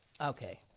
Okay